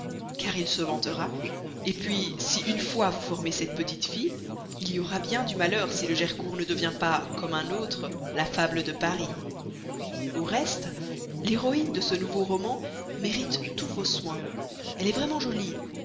car il se vantera et puis si une fois vous formez cette petite fille il y aura bien du malheur si le gercourt ne devient pas comme un autre la fable de paris au reste l'héroïne de ce nouveau roman mérite tous vos soins elle est vraiment jolie